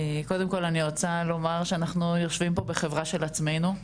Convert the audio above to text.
קודם כל אני רוצה לומר שאנחנו יושבים פה בחברה של עצמנו,